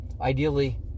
Ideally